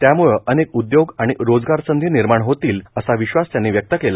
त्यामुळं अनेक उद्योग आणि रोजगारसंधी विर्माण होतील असा विश्वास त्यांनी व्यक्त केला